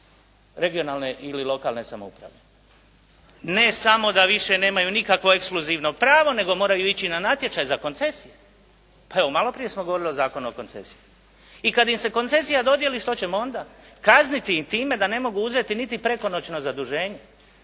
regionalne ili lokalne samouprave. Ne samo da više nemaju nikakvo ekskluzivno pravo nego moraju ići za natječaj za koncesije. Pa evo malo prije smo govorili o Zakonu o koncesijama. I kada im se koncesija dodijeli što ćemo onda? Kazniti ih time da ne mogu uzeti niti prekonoćno zaduženje.